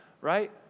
Right